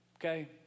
okay